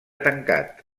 tancat